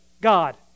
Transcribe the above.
God